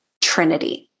trinity